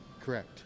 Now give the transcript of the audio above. correct